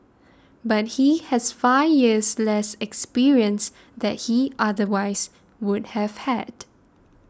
but he has five years less experience that he otherwise would have had